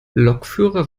lokführer